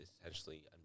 essentially